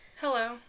Hello